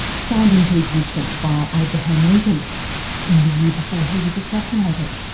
signed into existence by abraham lincoln in the year before he was assassinated.